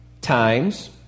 times